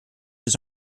his